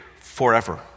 forever